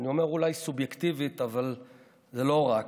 אני אומר אולי סובייקטיבית, אבל לא רק.